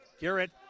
Garrett